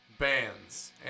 bands